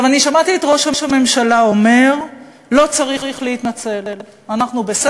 שמעתי את ראש הממשלה אומר: לא צריך להתנצל,